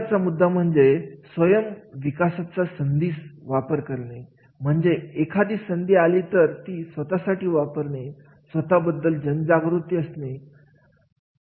नंतरचा मुद्दा म्हणजे स्वयंविकास संधीचा वापर करणे म्हणजे एखादी संधी आली तर ती स्वतःसाठी वापरणे स्वतः बद्दल जागृती